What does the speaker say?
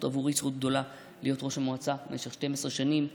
גדולה עבורי להיות ראש המועצה במשך 12 שנים.